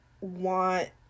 want